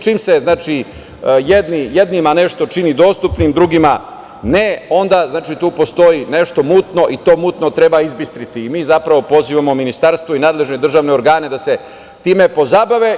Čim se jednima nešto čini dostupnim, drugima ne, onda tu postoji nešto mutno i to mutno treba izbistriti i mi zapravo pozivamo Ministarstvo i nadležne državne organe da se time pozabave.